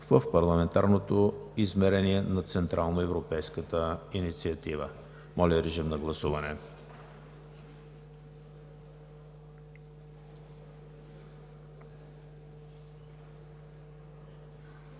в Парламентарното измерение на Централноевропейската инициатива.“ Моля, режим на гласуване.